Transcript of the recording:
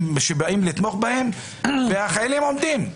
שבאים לתמוך בהם והחיילים עומדים.